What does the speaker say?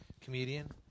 comedian